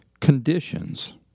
Conditions